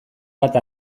bat